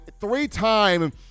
three-time –